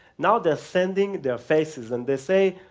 now they're sending their faces, and they're saying,